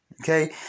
Okay